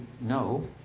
no